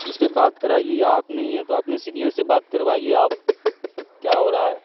اس پہ بات کرائیے یا آپ نہیں ہیں تو اپنے سینئر سے بات کروائیے آپ کیا ہو رہا ہے